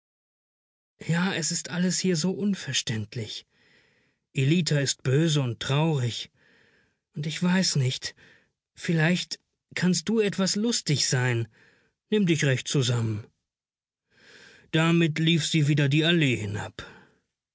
ja es ist alles hier so unverständlich ellita ist böse und traurig und ich weiß nicht vielleicht kannst du etwas lustig sein nimm dich recht zusammen damit lief sie wieder die allee hinab